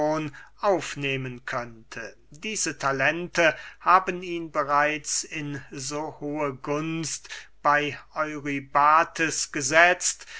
aufnehmen könnte diese talente haben ihn bereits in so hohe gunst bey eurybates gesetzt